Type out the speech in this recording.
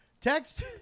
Text